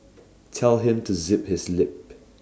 tell him to zip his lip